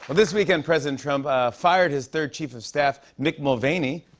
but this weekend, president trump fired his third chief of staff mick mulvaney.